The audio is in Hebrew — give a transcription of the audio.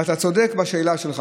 ואתה צודק בשאלה שלך.